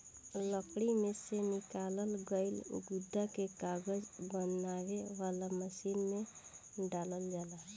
लकड़ी में से निकालल गईल गुदा के कागज बनावे वाला मशीन में डालल जाला